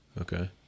Okay